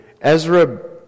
Ezra